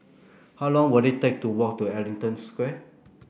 how long will it take to walk to Ellington Square